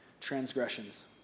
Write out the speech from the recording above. transgressions